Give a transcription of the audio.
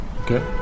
Okay